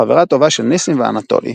חברה טובה של ניסים ואנטולי.